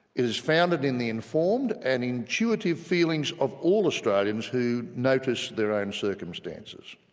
is founded in the informed and intuitive feelings of all australians who notice their own circumstances.